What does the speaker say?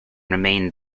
remained